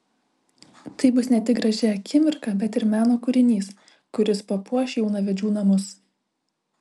tai bus ne tik graži akimirka bet ir meno kūrinys kuris papuoš jaunavedžių namus